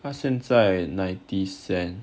啊现在 ninety cents